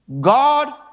God